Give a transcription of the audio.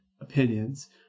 opinions